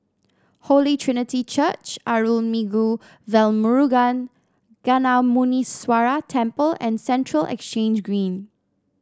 Holy Trinity Church Arulmigu Velmurugan Gnanamuneeswarar Temple and Central Exchange Green